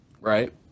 right